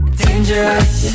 dangerous